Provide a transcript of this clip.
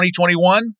2021